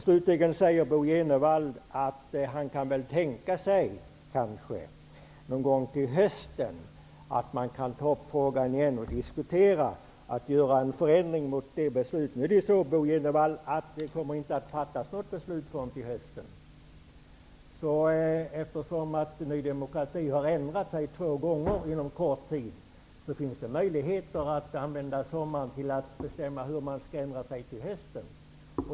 Slutligen säger Bo Jenevall att han kanske kan tänka sig att man någon gång till hösten kan ta upp frågan igen och diskutera en förändring. Men, Bo Jenevall, det kommer inte att fattas något beslut förrän till hösten. Ny demokrati har ändrat sig två gånger inom kort tid. Det finns möjlighet för Ny demokrati att använda sommaren till att bestämma hur man skall ändra sig till hösten.